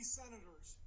senators